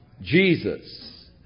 Jesus